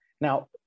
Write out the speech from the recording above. Now